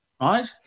right